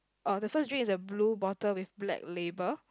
uh the first drink is a blue bottle with black label